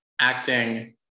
acting